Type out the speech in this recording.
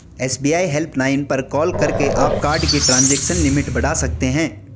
SBI helpline पर call करके आप कार्ड की ट्रांजैक्शन लिमिट बढ़ा सकते हैं